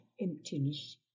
emptiness